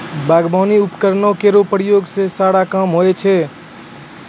बागबानी उपकरण केरो प्रयोग सें बहुत सारा काम होय छै